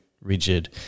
rigid